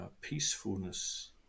peacefulness